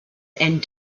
and